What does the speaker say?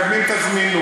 מקדמים את הזמינות,